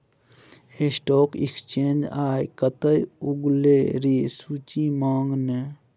stock exchange आय कते उगलै रै सूची मंगा ने